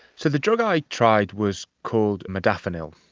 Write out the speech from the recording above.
so the drug i tried was called modafinil,